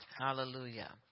Hallelujah